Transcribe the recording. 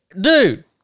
dude